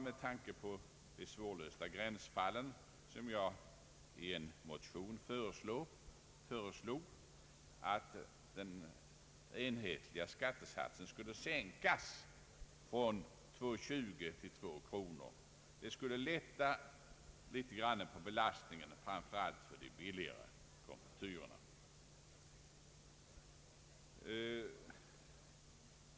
Med tanke på de svårlösta gränsfallen föreslog jag i en motion att den enhetliga skattesatsen skulle sänkas från 2 kronor 20 öre till 2 kronor, något som litet grand skulle lätta på belastningen framför allt för de billigare konfektyrerna.